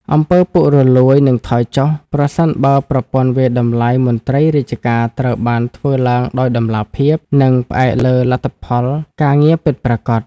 អំពើពុករលួយ នឹងថយចុះ ប្រសិនបើប្រព័ន្ធវាយតម្លៃមន្ត្រីរាជការត្រូវបានធ្វើឡើងដោយតម្លាភាព និងផ្អែកលើលទ្ធផលការងារពិតប្រាកដ។